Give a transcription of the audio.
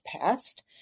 past